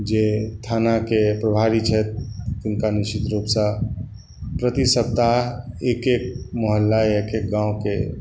जे थानाके प्रभारी छथि हुनका निश्चित रूपसॅं प्रति सप्ताह एक एक मोहल्ला एक एक गाँवके